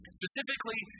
specifically